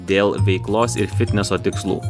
dėl veiklos ir fitneso tikslų